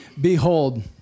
Behold